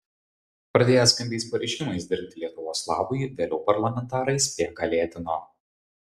pradėję skambiais pareiškimais dirbti lietuvos labui vėliau parlamentarai spėką lėtino